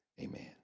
amen